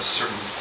certain